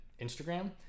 Instagram